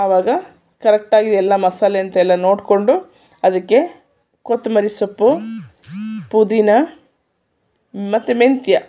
ಅವಾಗ ಕರೆಕ್ಟಾಗಿ ಎಲ್ಲ ಮಾಸಾಲೆ ಎಂತ ಎಲ್ಲ ನೋಡಿಕೊಂಡು ಅದಕ್ಕೆ ಕೊತ್ತಂಬರಿ ಸೊಪ್ಪು ಪುದಿನಾ ಮತ್ತು ಮೆಂತ್ಯ